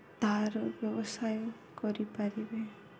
ତା'ର ବ୍ୟବସାୟ କରିପାରିବେ